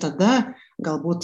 tada galbūt